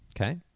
Okay